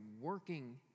working